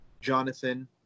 Jonathan